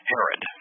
Herod